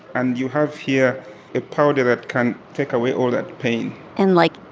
and you have here a powder that can take away all that pain and, like,